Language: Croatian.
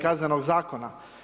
Kaznenog zakona.